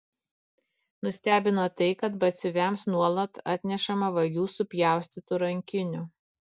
nustebino tai kad batsiuviams nuolat atnešama vagių supjaustytų rankinių